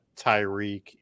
Tyreek